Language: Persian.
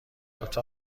لطفا